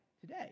today